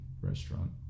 restaurant